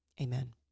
Amen